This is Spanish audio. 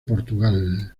portugal